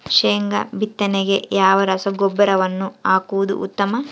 ಶೇಂಗಾ ಬಿತ್ತನೆಗೆ ಯಾವ ರಸಗೊಬ್ಬರವನ್ನು ಹಾಕುವುದು ಉತ್ತಮ?